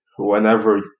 whenever